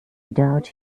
doubt